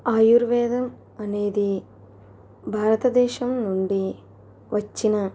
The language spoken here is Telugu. ఆయుర్వేదం అనేది భారతదేశం నుండి వచ్చిన